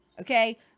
okay